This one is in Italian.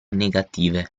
negative